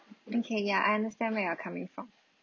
okay ya I understand where you're coming from